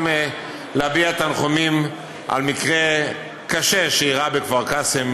גם להביע תנחומים על מקרה קשה שאירע בכפר קאסם,